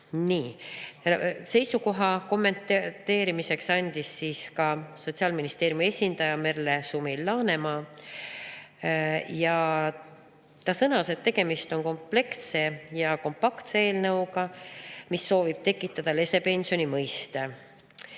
Oma seisukoha ja kommentaari andis ka Sotsiaalministeeriumi esindaja Merle Sumil-Laanemaa. Ta sõnas, et tegemist on kompleksse ja kompaktse eelnõuga, mis soovib tekitada lesepensioni mõiste.